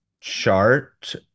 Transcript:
chart